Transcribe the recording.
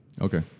Okay